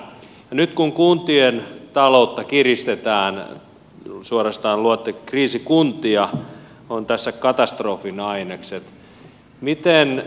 ja nyt kun kuntien taloutta kiristetään suorastaan luotte kriisikuntia on tässä katastrofin ainekset